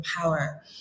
power